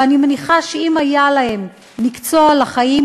ואני מניחה שאם היה להם מקצוע לחיים,